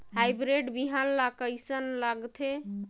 Hybrid बिहान ला कइसन लगाथे?